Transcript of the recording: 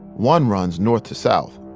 one runs north to south,